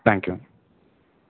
thank you